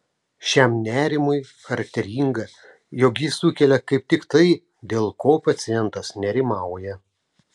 šiam nerimui charakteringa jog jis sukelia kaip tik tai dėl ko pacientas nerimauja